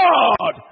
God